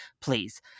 please